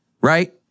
right